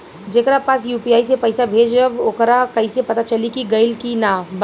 जेकरा पास यू.पी.आई से पईसा भेजब वोकरा कईसे पता चली कि गइल की ना बताई?